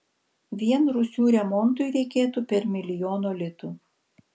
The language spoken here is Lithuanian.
vien rūsių remontui reikėtų per milijono litų